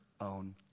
own